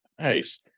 Nice